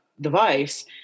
device